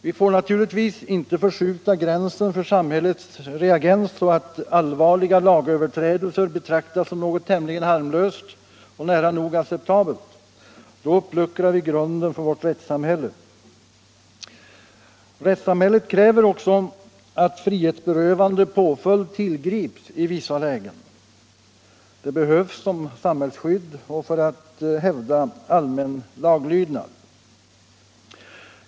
Vi får naturligtvis inte förskjuta gränsen för samhällets reaktion så att allvarliga lagöverträdelser betraktas som något tämligen harmlöst och nära nog acceptabelt. Då uppluckrar vi grunden för vårt rättssamhälle. Rättssamhället kräver också att frihetsberövande påföljd tillgrips i vissa lägen. Det behövs som samhällsskydd och för att hävda allmän laglydnad.